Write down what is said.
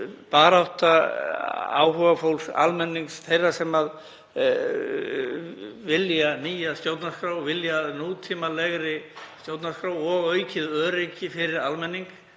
barátta áhugafólks, almennings, þeirra sem vilja nýja stjórnarskrá og vilja nútímalegri stjórnarskrá og aukið öryggi fyrir almenning